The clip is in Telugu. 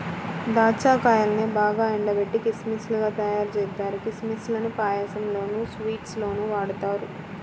దాచ్చా కాయల్నే బాగా ఎండబెట్టి కిస్మిస్ లుగా తయ్యారుజేత్తారు, కిస్మిస్ లను పాయసంలోనూ, స్వీట్స్ లోనూ వాడతారు